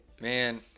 Man